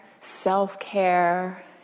Self-care